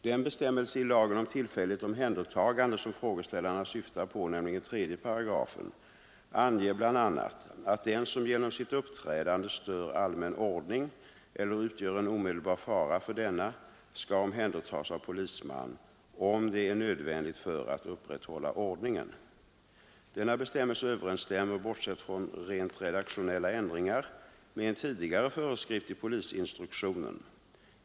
Den bestämmelse i lagen om tillfälligt omhändertagande som frågeställarna syftar på, nämligen 3 §, anger bl.a. att den som genom sitt uppträdande stör allmän ordning eller utgör en omedelbar fara för denna skall omhändertas av polisman, om det är nödvändigt för att upprätthålla ordningen. Denna bestämmelse överensstämmer, bortsett från rent redaktionella ändringar, med en tidigare föreskrift i polisinstruktionen.